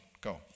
go